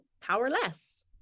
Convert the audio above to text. powerless